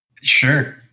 Sure